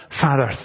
Father